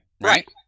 right